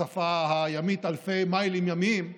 בשפה הימית אלפי מיילים ימיים,